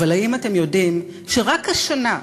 אבל האם אתם יודעים שרק השנה,